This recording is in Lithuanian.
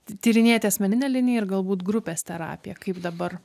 tyrinėti asmeninę liniją ir galbūt grupės terapija kaip dabar